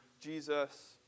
Jesus